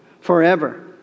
forever